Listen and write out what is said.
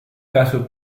caso